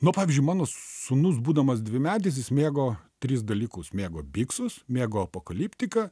nu pavyzdžiui mano sūnus būdamas dvimetis jis mėgo tris dalykus mėgo biksus mėgo pokaliptiką